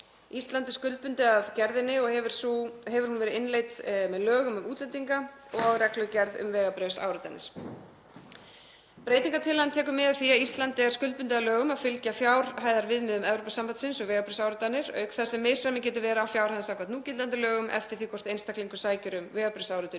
Ísland er skuldbundið af gerðinni og hefur hún verið innleidd með lögum um útlendinga og reglugerð um vegabréfsáritanir. Breytingartillagan tekur mið af því að Ísland er skuldbundið að lögum að fylgja fjárhæðarviðmiðum Evrópusambandsins um vegabréfsáritanir auk þess sem misræmi getur verið á fjárhæðum samkvæmt núgildandi lögum eftir því hvort einstaklingur sækir um vegabréfsáritun